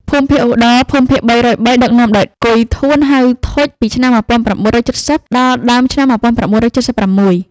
ភូមិភាគឧត្តរ (ភូមិភាគ ៣០៣) ដឹកនាំ ដោយ កុយ ធួន ហៅ ធុច ពីឆ្នាំ១៩៧០ដល់ ដើមឆ្នាំ១៩៧៦។